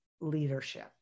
leadership